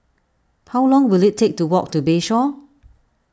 how long will it take to walk to Bayshore